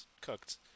cooked